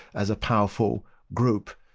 as a powerful group.